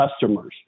customers